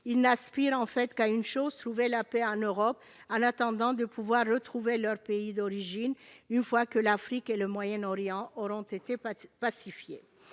ils n'aspirent qu'à une chose : trouver la paix en Europe, en attendant de pouvoir retrouver leur pays d'origine, une fois que l'Afrique et le Moyen-Orient auront été pacifiés.